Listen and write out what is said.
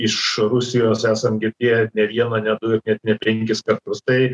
iš rusijos esam girdėję ne vieną ne du ir net ne penkis kartus tai